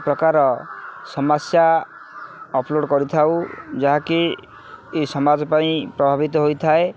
ପ୍ରକାର ସମସ୍ୟା ଅପଲୋଡ଼୍ କରିଥାଉ ଯାହାକି ଏ ସମାଜ ପାଇଁ ପ୍ରଭାବିତ ହୋଇଥାଏ